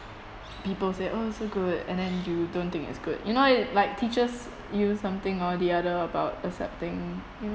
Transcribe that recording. people say oh it's so good and then you don't think it it's good you know it like teaches you something or the other about accepting